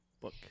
book